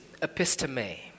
episteme